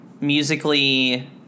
musically